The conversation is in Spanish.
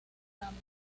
segundo